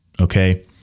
Okay